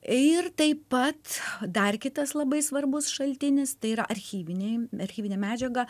ir taip pat dar kitas labai svarbus šaltinis tai yra archyviniai archyvinė medžiaga